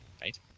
Right